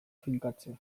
finkatzea